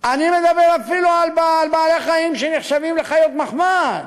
אני מדבר אפילו על בעלי-חיים שנחשבים לחיות מחמד.